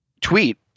tweet